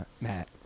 Matt